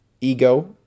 ego